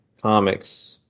comics